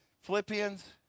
Philippians